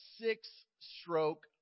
six-stroke